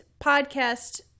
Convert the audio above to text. podcast